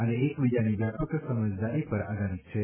અને એકબીજાની વ્યાપક સમજદારી પર આધારીત છે